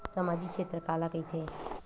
सामजिक क्षेत्र काला कइथे?